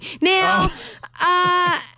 Now